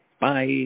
bye